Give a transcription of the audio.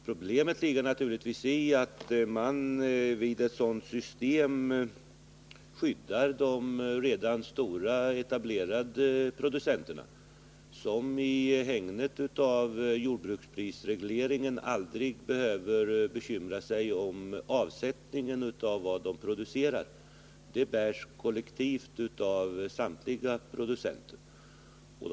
Problemet ligger i att man vid sådant system skyddar de redan stora, etablerade producenterna, som i hägnet av jordbruksprisregleringen aldrig behöver bekymra sig om avsättningen för vad de producerar. Samtliga producenter får kollektivt svara för det.